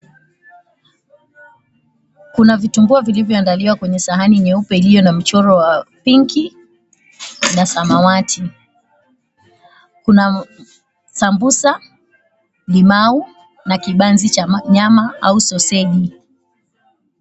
Kuna vitumbua vilivyoandaliwa kwenye sahani nyeupe iliyo na mchoro wa pink na samawati. Kuna sambusa, limau na kibanzi cha nyama au soseji.